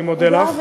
אני מודה לך, תודה.